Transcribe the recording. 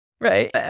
Right